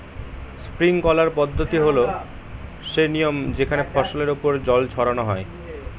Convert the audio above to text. sprinkler পদ্ধতি হল সে নিয়ম যেখানে ফসলের ওপর জল ছড়ানো হয়